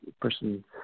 person